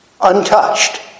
untouched